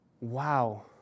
wow